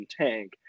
tank